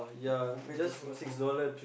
compared to Singapore